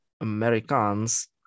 Americans